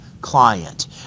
client